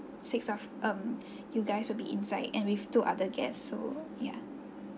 six of um you guys will be inside and with two other guests so yeah